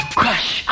crush